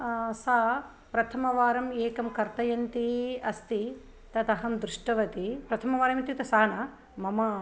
सा प्रथमवारम् एकं कर्तयन्ती अस्ति तत् अहं दृष्टवति प्रथमवारम् इत्युक्ते सा न मम